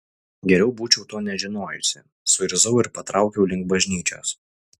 geriau būčiau to nežinojusi suirzau ir patraukiau link bažnyčios